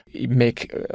make